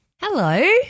Hello